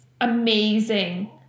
amazing